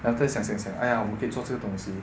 then after that 想想想 !aiya! 我可以做这个东西